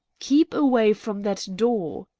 keep away from that door!